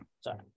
Sorry